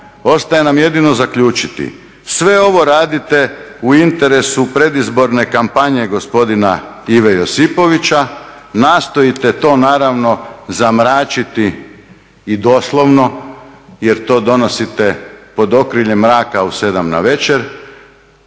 ostaje nam jedino zaključiti, sve ovo radite u interesu predizborne kampanje gospodina Ive Josipovića, nastojite to naravno zamračiti i doslovno jer to donosite pod okriljem mraka u 7 navečer.